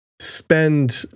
spend